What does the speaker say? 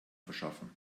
verschaffen